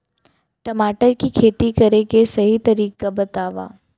टमाटर की खेती करे के सही तरीका बतावा?